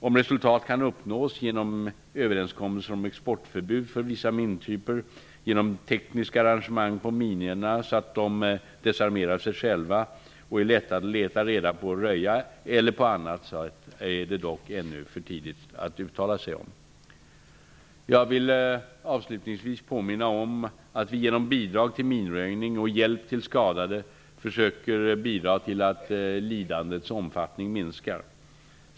Om resultat kan uppnås genom överenskommelser om exportförbud för vissa mintyper, genom tekniska arrangemang på minorna så att de desarmerar sig själva och är lätta att leta reda på och röja, eller på annat sätt, är det dock ännu för tidigt att uttala sig om. Jag vill avslutningsvis påminna om att vi genom bidrag till minröjning och hjälp till skadade försöker bidra till att lidandets omfattning minskar.